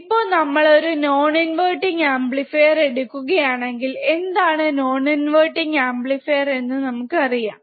ഇപ്പോ നമ്മൾ ഒരു നോൺ ഇൻവെർട്ടിങ് അമ്പ്ലിഫീർ എടുക്കുക ആണെങ്കിൽ എന്താണ് നോൺ ഇൻവെർട്ടിങ് അമ്പ്ലിഫീർ എന്ന് നമുക്ക് അറിയാം